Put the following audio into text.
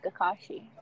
Kakashi